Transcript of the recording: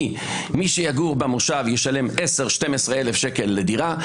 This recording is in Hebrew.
כי מי שיגור במושב ישלם 12,000-10,000 שקל לדירה,